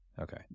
Okay